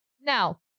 Now